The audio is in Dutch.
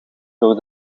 door